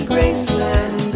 Graceland